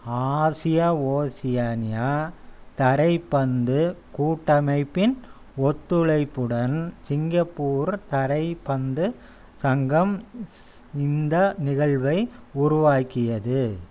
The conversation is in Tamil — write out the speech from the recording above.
ஆசியா ஓசியானியா தரைப்பந்து கூட்டமைப்பின் ஒத்துழைப்புடன் சிங்கப்பூர் தரைப்பந்து சங்கம் இந்த நிகழ்வை உருவாக்கியது